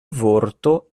vorto